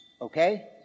okay